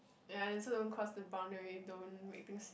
ya and so don't cross the boundary don't make things